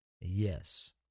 Yes